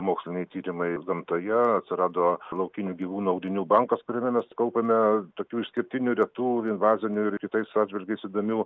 moksliniai tyrimai gamtoje atsirado laukinių gyvūnų audinių bankas kuriame mes kaupiame tokių išskirtinių retų invazinių ir kitais atžvilgiais įdomių